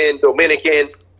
Dominican